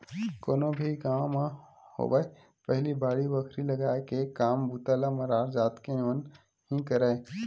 कोनो भी गाँव म होवय पहिली बाड़ी बखरी लगाय के काम बूता ल मरार जात के मन ही करय